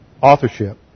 authorship